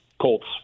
Colts